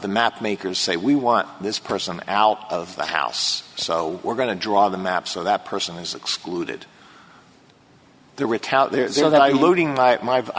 the map makers say we want this person out of the house so we're going to draw the map so that person is excluded there were t